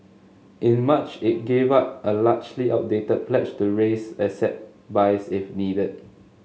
in March it gave up a largely outdated pledge to raise asset buys if needed